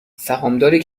سهامداری